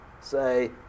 Say